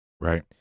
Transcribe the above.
Right